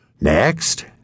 Next